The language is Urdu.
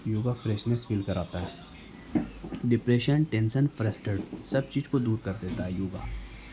یوگا فریشنیس فیل کراتا ہے ڈپریشن ٹینسن فرسٹرڈ سب چیز کو دور کر دیتا ہے یوگا